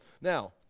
Now